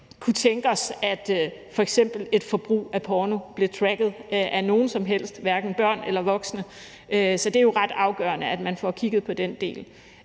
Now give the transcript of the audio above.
kunne tænke os, at f.eks. et forbrug af porno blev tracket af nogen som helst, hverken børn eller voksne. Så det er jo ret afgørende, at man får kigget på den del.